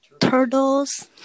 turtles